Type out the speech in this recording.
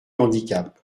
handicap